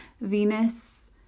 Venus